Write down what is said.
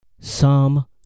Psalm